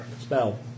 Spell